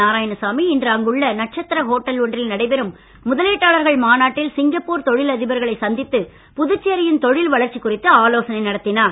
நாராயணசாமி இன்று அங்குள்ள நட்சத்திர ஹோட்டல் ஒன்றில் நடைபெறும் முதலீட்டாளர்கள் மாநாட்டில் சிங்கப்பூர் தொழில் அதிபர்களை சந்தித்து புதுச்சேரியின் தொழில் வளர்ச்சி குறித்து ஆலோசனை நடத்தினார்